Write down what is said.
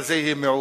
אבל זה יהיה מיעוט,